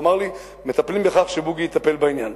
והוא אמר לי: מטפלים בכך שבוגי יטפל בעניין,